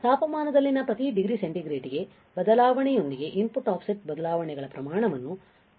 ತಾಪಮಾನದಲ್ಲಿನ ಪ್ರತಿ degree centigrade ಬದಲಾವಣೆಯೊಂದಿಗೆ input offset ಬದಲಾವಣೆಗಳ ಪ್ರಮಾಣವನ್ನು ಇದು ಹೇಳುತ್ತದೆ